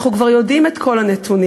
אנחנו כבר יודעים את כל הנתונים.